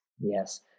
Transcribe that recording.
Yes